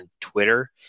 twitter